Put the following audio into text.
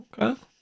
okay